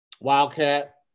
Wildcat